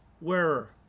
wearer